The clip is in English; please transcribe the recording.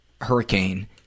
hurricane